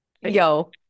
yo